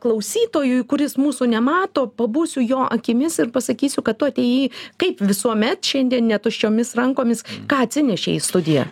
klausytojui kuris mūsų nemato pabūsiu jo akimis ir pasakysiu kad tu atėjai kaip visuomet šiandien ne tuščiomis rankomis ką atsinešei į studiją